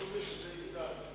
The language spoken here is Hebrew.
חשוב לי שזה יגדל.